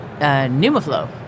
Numaflow